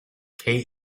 kate